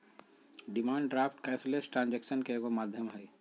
demand draft cashless ट्रांजेक्शनन के एगो माध्यम हइ